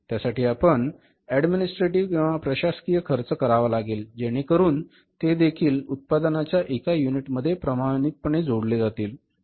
त्यासाठी आपण ऍडमिनिस्ट्रेटिव्ह किंवा प्रशासकीय खर्च करावा लागेल जेणेकरून ते देखील उत्पादनाच्या एका युनिटमध्ये प्रमाणितपणे जोडले जातील